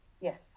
Yes